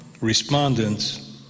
respondents